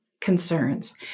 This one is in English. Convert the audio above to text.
concerns